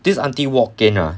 this aunty walk in ah